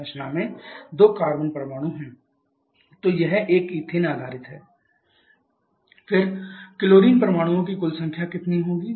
hydrogen परमाणुओं की संख्या 3 − 1 2 फ्लोरीन परमाणु की संख्या 4 फिर क्लोरीन परमाणुओं की कुल संख्या कितनी होगी